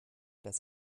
das